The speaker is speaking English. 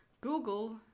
google